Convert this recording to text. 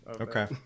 okay